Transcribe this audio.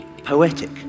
poetic